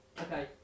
Okay